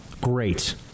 Great